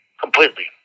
completely